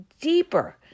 deeper